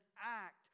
act